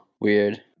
Weird